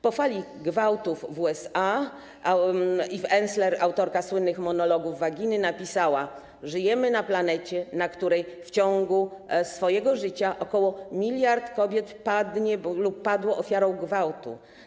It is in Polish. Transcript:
Po fali gwałtów w USA Eve Ensler, autorka słynnych „Monologów waginy”, napisała: żyjemy na planecie, na której w ciągu swojego życia ok. 1 mld kobiet padnie lub padło ofiarą gwałtu.